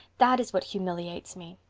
that is what humiliates me.